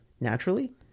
naturally